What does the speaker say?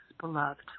beloved